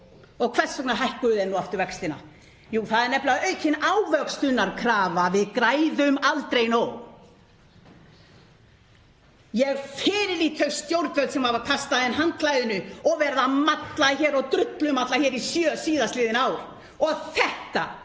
Og hvers vegna hækkuðu þeir aftur vextina? Jú, það er nefnilega aukin ávöxtunarkrafa. Við græðum aldrei nóg. Ég fyrirlít þau stjórnvöld sem hafa kastað inn handklæðinu og verið að malla hér og drullumalla sjö síðastliðin ár. Þetta